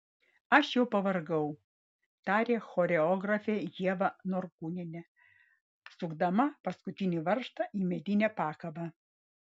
aš jau pavargau tarė choreografė ieva norkūnienė sukdama paskutinį varžtą į medinę pakabą